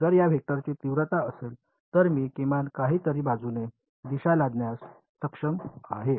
जर या वेक्टरची तीव्रता असेल तर मी किमान काही तरी बाजूने दिशा लादण्यास सक्षम आहे